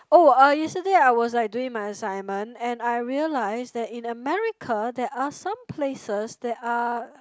oh uh yesterday I was like doing my assignment and I realize that in America there are some places that are